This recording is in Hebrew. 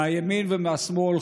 מהימין ומהשמאל,